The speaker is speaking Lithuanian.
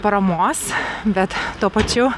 paramos bet tuo pačiu